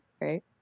right